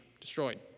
destroyed